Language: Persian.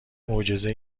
معجزه